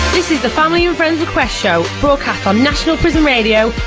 this is the family and friends request show, broadcast on national prison radio,